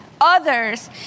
others